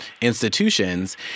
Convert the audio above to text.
institutions